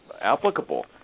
applicable